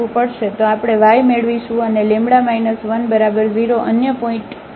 તો આપણે y મેળવીશું અને λ 1 બરાબર 0 અન્ય પોઇન્ટ